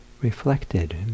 reflected